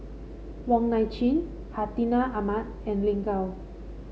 Wong Nai Chin Hartinah Ahmad and Lin Gao